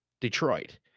detroit